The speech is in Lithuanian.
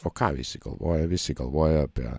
o ką visi galvoja visi galvoja apie